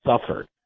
suffered